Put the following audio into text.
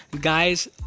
guys